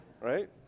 right